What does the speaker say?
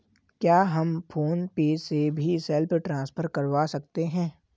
क्या हम PhonePe से भी सेल्फ ट्रांसफर करवा सकते हैं?